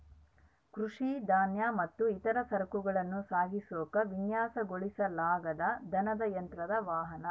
ಕೃಷಿ ಧಾನ್ಯ ಮತ್ತು ಇತರ ಸರಕುಗಳನ್ನ ಸಾಗಿಸಾಕ ವಿನ್ಯಾಸಗೊಳಿಸಲಾದ ದನದ ಯಂತ್ರದ ವಾಹನ